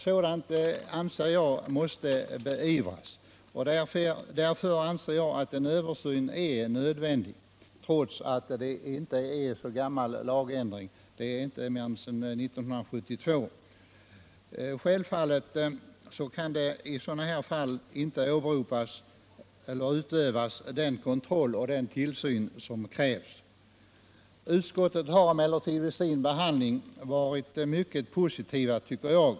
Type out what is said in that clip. Sådant måste enligt min mening beivras, och därför anser jag att en Ansvaret för översyn är nödvändig, trots att det inte är så länge sedan lagen ändrades = elinstallationer — det var så sent som 1972. Självfallet kan den kontroll och den tillsyn som krävs inte utövas i sådana här fall. Vid sin behandling av motionen har utskottet varit mycket positivt, tycker jag.